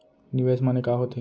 निवेश माने का होथे?